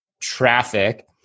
traffic